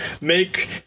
make